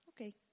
Okay